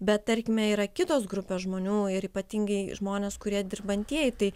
bet tarkime yra kitos grupės žmonių ir ypatingai žmonės kurie dirbantieji tai